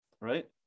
right